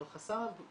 אבל חסם הבושה,